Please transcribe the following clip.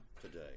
today